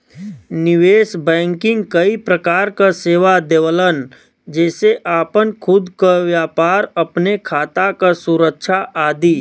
निवेश बैंकिंग कई प्रकार क सेवा देवलन जेसे आपन खुद क व्यापार, अपने खाता क सुरक्षा आदि